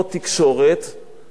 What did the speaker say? אז יש יותר מונופול